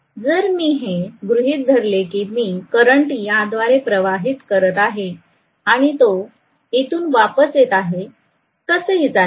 जर मी हे गृहीत धरले की मी करंट याद्वारे प्रवाहित करत आहे आणि तो इथून वापस येत आहे कसेही चालेल